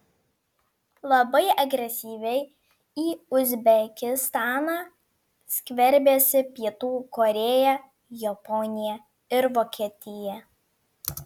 labai agresyviai į uzbekistaną skverbiasi pietų korėja japonija ir vokietija